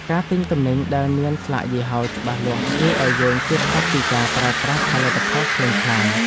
ការទិញទំនិញដែលមានស្លាកយីហោច្បាស់លាស់ជួយឱ្យយើងជៀសផុតពីការប្រើប្រាស់ផលិតផលក្លែងក្លាយ។